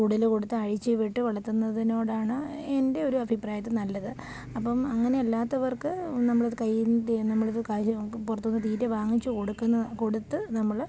കൂടുതൽ കൊടുത്ത് അഴിച്ചു വിട്ട് വളർത്തുന്നതിനോടാണ് എൻ്റെ ഒരു അഭിപ്രായത്തിൽ നല്ലത് അപ്പം അങ്ങനെ അല്ലാത്തവർക്ക് നമ്മൾ അത് കഴിയുന്നതും നമ്മൾ അത് നമ്മൾ പുറത്തു നിന്ന് തീറ്റ വാങ്ങിച്ചു കൊടുക്കുന്നത് കൊടുത്ത് നമ്മൾ